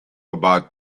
about